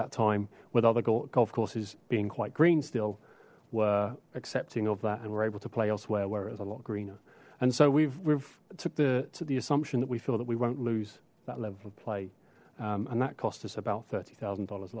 that time with other golf courses being quite green still were accepting of that and were able to play elsewhere whereas a lot greener and so we've we've took the to the assumption that we feel that we won't lose that level of play and that cost us about thirty thousand dollars